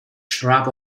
shrub